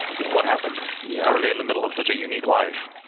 what happened? yeah how are they in the middle of such a unique life?